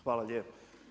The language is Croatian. Hvala lijepo.